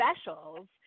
specials